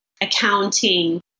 accounting